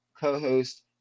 co-host